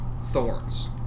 Thorns